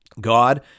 God